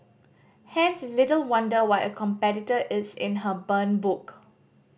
hence it's little wonder why a competitor is in her burn book